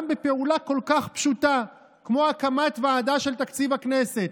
גם בפעולה כל כך פשוטה כמו הקמה של תקציב הכנסת.